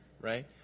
right